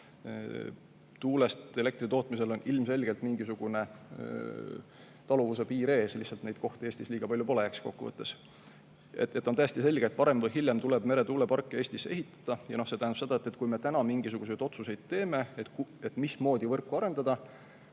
tuulest elektri tootmisel on ilmselgelt mingisugune taluvuse piir ees, lihtsalt neid kohti Eestis liiga palju pole. On täiesti selge, et varem või hiljem tuleb meretuuleparke Eestisse ehitada. See aga tähendab seda, et kui me täna teeme mingisuguseid otsuseid, mismoodi võrku arendada,